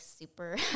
super